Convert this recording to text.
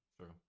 true